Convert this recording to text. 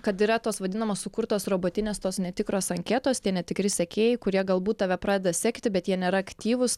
kad yra tos vadinamos sukurtos robotinės tos netikros anketos tie netikri sekėjai kurie galbūt tave pradeda sekti bet jie nėra aktyvūs